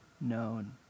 known